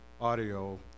audio